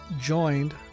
joined